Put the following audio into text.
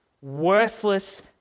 worthless